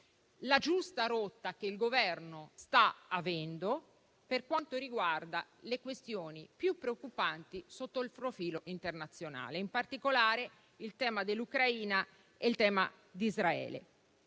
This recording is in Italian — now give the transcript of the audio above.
la giusta rotta che il Governo sta avendo per quanto riguarda le questioni più preoccupanti sotto il profilo internazionale, in particolare il tema dell'Ucraina e di Israele.